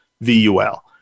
VUL